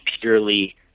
purely